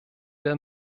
der